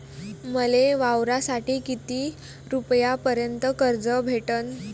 मले वावरासाठी किती रुपयापर्यंत कर्ज भेटन?